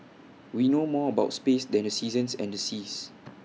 we know more about space than the seasons and the seas